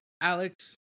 alex